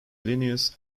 linnaeus